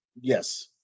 Yes